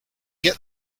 get